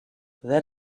that